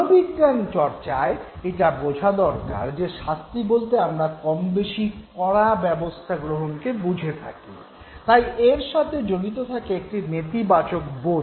মনোবিজ্ঞান চর্চায় এটা বোঝা দরকার যে শাস্তি বলতে আমরা কমবেশি কড়া ব্যবস্থাগ্রহণকে বুঝে থাকি তাই এর সাথে জড়িত থাকে একটি নেতিবাচক বোধ